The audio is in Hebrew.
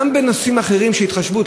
גם בנושאים אחרים של התחשבות,